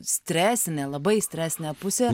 stresinė labai stresinė pusė